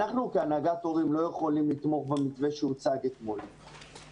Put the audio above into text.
אנחנו כהנהגת הורים לא יכולים לתמוך במתווה שהוצג עכשיו.